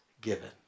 given